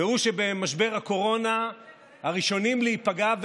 והוא שבמשבר הקורונה הראשונים להיפגע,